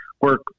work